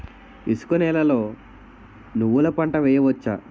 ఇసుక నేలలో నువ్వుల పంట వేయవచ్చా?